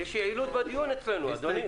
יש יעילות בדיון אצלנו, אדוני.